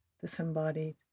disembodied